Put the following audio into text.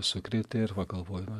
sukrėtė ir va galvoju va